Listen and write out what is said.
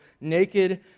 naked